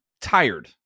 tired